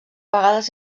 vegades